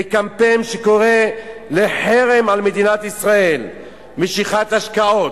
בקמפיין שקורא לחרם על מדינת ישראל, משיכת השקעות,